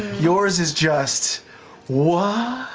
yours is just what?